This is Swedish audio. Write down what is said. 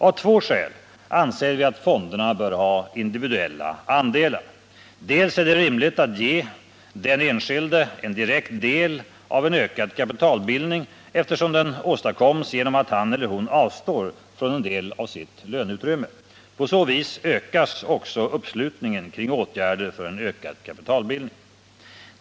Av två skäl anser vi att fonderna bör ha individuella andelar: Dels är det rimligt att ge den enskilde en direkt del av en ökad kapitalbildning, eftersom den åstadkoms genom att han eller hon avstår från en del av sitt löneutrymme; på så vis ökas också uppslutningen kring åtgärder för en ökad kapitalbildning.